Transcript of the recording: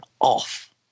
off